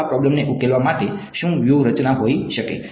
તો આ પ્રોબ્લેમને ઉકેલવા માટે શું વ્યૂહરચના હોઈ શકે